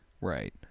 Right